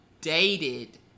dated